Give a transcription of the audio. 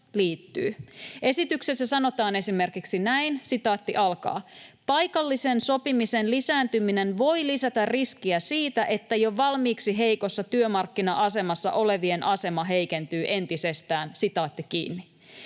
Esityksessä sanotaan esimerkiksi näin: ”Paikallisen sopimisen lisääntyminen voi lisätä riskiä siitä, että jo valmiiksi heikossa työmarkkina-asemassa olevien asema heikentyy entisestään.” Tämä tosiseikka